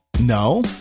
No